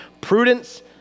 Prudence